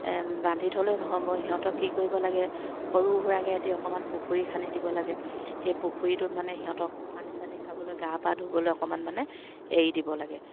বান্ধি থ'লেও নহয় মই সিহঁতক কি কৰিব লাগে সৰু সুৰাকৈ এটি অকণমান পুখুৰী খান্দি দিব লাগে সেই পুখুৰীটোত মানে সিহঁতক পানী চানী খাবলৈ গা পা ধুবলৈ অকণমান মানে এৰি দিব লাগে